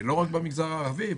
לא רק במגזר הערבי,